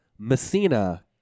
Messina